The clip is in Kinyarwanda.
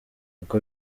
uko